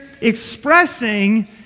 expressing